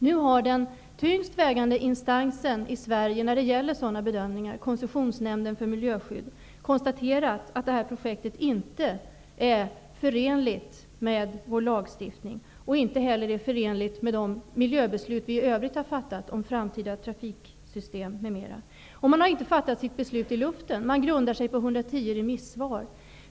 Nu har den tyngst vägande instansen i Sverige när det gäller sådana bedömningar, Koncessionsnämnden för miljöskydd, konstaterat att det här projektet inte är förenligt med vår lagstiftning, inte heller är det förenligt med de miljöbeslut som vi i övrigt har fattat om framtida trafiksystem m.m. Man har inte fattat sitt beslut i luften, utan man grundar sig på 110 remissvar.